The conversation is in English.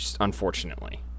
unfortunately